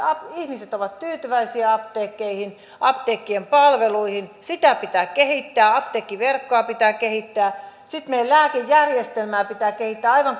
ihmiset ovat tyytyväisiä apteekkeihin apteekkien palveluihin sitä pitää kehittää apteekkiverkkoa pitää kehittää sitten meidän lääkejärjestelmäämme pitää kehittää aivan